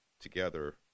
together